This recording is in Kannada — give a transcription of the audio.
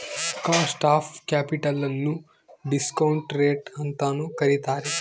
ಕಾಸ್ಟ್ ಆಫ್ ಕ್ಯಾಪಿಟಲ್ ನ್ನು ಡಿಸ್ಕಾಂಟಿ ರೇಟ್ ಅಂತನು ಕರಿತಾರೆ